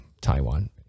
Taiwan